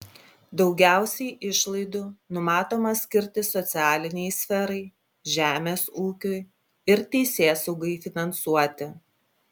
daugiausiai išlaidų numatoma skirti socialinei sferai žemės ūkiui ir teisėsaugai finansuoti